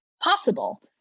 possible